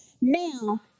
Now